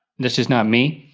that's just not me.